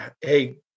hey